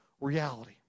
reality